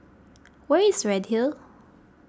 where is Redhill